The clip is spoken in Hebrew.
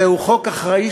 זהו חוק אחראי,